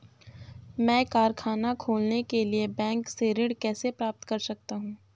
मैं कारखाना खोलने के लिए बैंक से ऋण कैसे प्राप्त कर सकता हूँ?